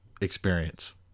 experience